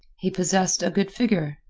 he possessed a good figure,